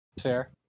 Fair